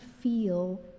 feel